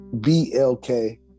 B-L-K